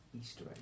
Easter